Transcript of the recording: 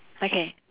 okay